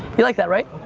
you like that right?